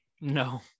No